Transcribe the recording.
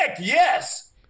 yes